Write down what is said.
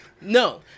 No